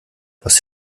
was